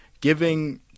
giving